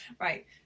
Right